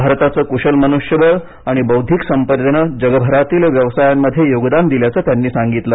भारताचं कुशल मनुष्यबळ आणि बौद्धिक संपदेनं जगभरातील व्यवसायांमध्ये योगदान दिल्याचं त्यांनी सांगितलं